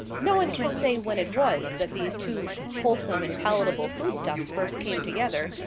no one can say when it was that these two wholesome and palatable food-stuffs first came together,